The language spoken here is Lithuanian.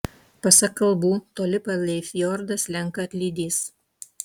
pasak kalbų toli palei fjordą slenka atlydys